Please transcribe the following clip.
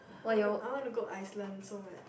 I want to I want to go Iceland so